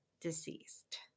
deceased